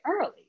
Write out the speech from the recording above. early